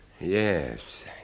Yes